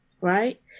right